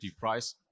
price